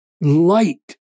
light